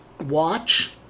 watch